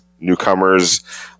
newcomers